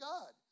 God